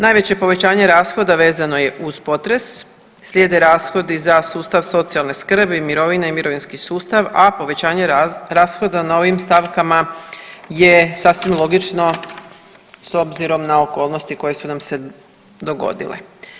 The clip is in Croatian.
Najveće povećanje rashoda vezano je uz potres, slijede rashodi za sustav socijalne skrbi, mirovina i mirovinski sustav, a povećanje rashoda na ovim stavkama je sasvim logično s obzirom na okolnosti koje su nam se dogodile.